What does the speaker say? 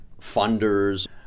funders